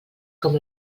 com